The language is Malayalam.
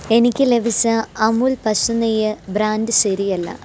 എനിക്ക് ലഭിച്ച അമുൽ പശു നെയ്യ് ബ്രാൻഡ് ശരിയല്ല